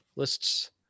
lists